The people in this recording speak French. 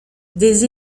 des